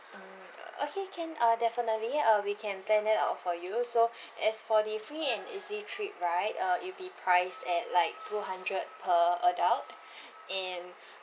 mm okay can ah definitely uh we can plan that out for you so as for the free and easy trip right uh it'll be priced at like two hundred per adult and